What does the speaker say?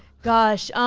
gosh.